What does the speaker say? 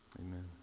Amen